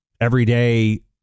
everyday